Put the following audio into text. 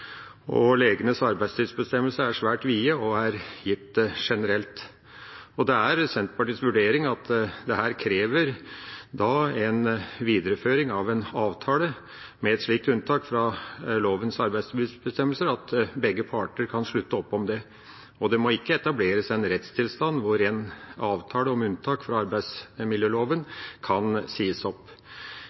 Legenes arbeidstidsbestemmelser er svært vide og er gitt generelt. Etter Senterpartiets vurdering krever en videreføring av en avtale med et slikt unntak fra lovens arbeidstidsbestemmelser at begge parter kan slutte opp om det. Det må ikke etableres en rettstilstand hvor en avtale om unntak fra arbeidsmiljøloven ikke kan sies opp.